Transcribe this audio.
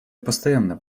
постоянно